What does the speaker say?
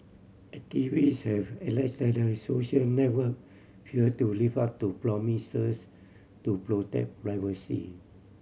activist have alleged that the social network failed to live up to promises to protect privacy